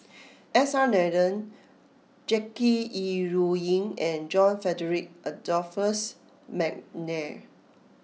S R Nathan Jackie Yi Ru Ying and John Frederick Adolphus McNair